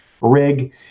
rig